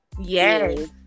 Yes